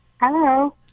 Hello